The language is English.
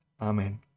Amen